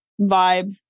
vibe